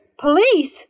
Police